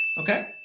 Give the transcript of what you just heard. okay